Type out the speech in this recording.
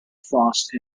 frost